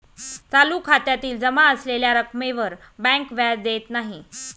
चालू खात्यातील जमा असलेल्या रक्कमेवर बँक व्याज देत नाही